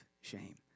shame